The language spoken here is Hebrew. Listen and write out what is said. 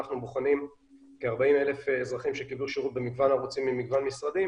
בוחנים כ-40,000 אזרחים שקיבלו שירות במגוון ערוצים במגוון משרדים